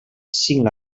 cinc